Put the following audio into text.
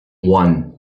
one